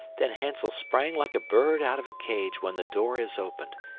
then hansel sprang like a bird out of a cage when the door is opened.